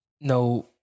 no